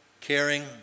caring